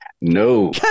No